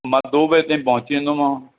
मां दो बजे ताईं पहुची वेंदोमांव